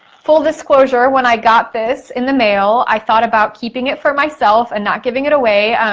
full disclosure, when i got this in the mail, i thought about keeping it for myself and not giving it away